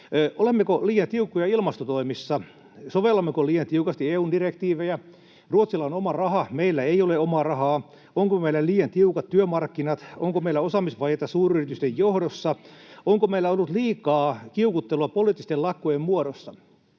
Olemmeko liian tiukkoja ilmastotoimissa? Sovellammeko liian tiukasti EU:n direktiivejä? Ruotsilla on oma raha, meillä ei ole omaa rahaa. Onko meillä liian tiukat työmarkkinat? Onko meillä osaamisvajetta suuryritysten johdossa? Onko meillä ollut liikaa kiukuttelua poliittisten lakkojen muodossa?